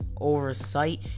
Oversight